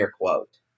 quote